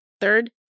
Third